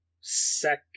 second